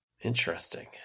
Interesting